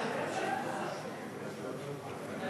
אני